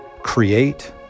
Create